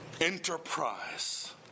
enterprise